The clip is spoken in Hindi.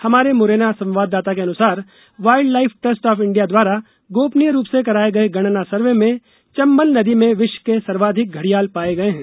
हमारे मुरैना संवाददाता के अनुसार wild life trust of India व्दारा गोपनीय रूप से कराये गये गणना सर्वे में चंबल नदी में विश्व के सर्वाधिक घडियाल पाये गये हैं